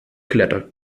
klettert